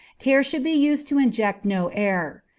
care should be used to inject no air.